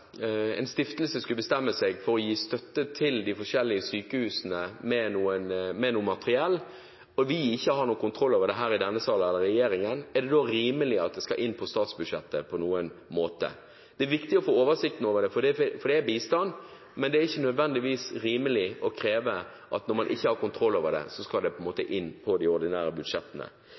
bestemme seg for å støtte de forskjellige sykehusene med noe materiell, og vi ikke har noen kontroll over det her i denne sal eller i regjeringen, er det da rimelig at det skal inn på statsbudsjettet på noen måte? Det er viktig å få oversikten over det, for det er bistand, men det er ikke nødvendigvis rimelig å kreve at det skal inn på de ordinære budsjettene, når man ikke har kontroll over det. Jeg kommer lite grann tilbake til det,